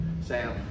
Sam